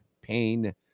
pain